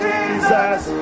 Jesus